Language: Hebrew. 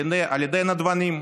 על ידי נדבנים.